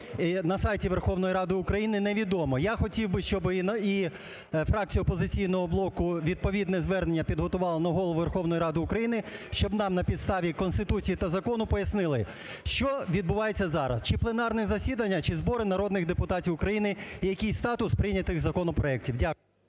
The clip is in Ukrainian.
на сайті Верховної Ради України, невідомо. Я хотів би, щоб, і фракція "Опозиційного блоку" відповідне звернення підготувала на Голову Верховної Ради України, щоб нам на підставі Конституції та закону пояснили, що відбувається зараз: чи пленарне засідання, чи збори народних депутатів України, і який статус прийнятих законопроектів. Дякую.